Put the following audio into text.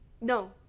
no